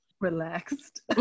Relaxed